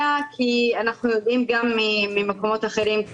כי אנחנו יודעים גם ממקומות אחרים,